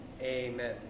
Amen